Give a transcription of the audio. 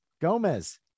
Gomez